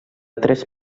tres